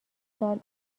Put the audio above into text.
سال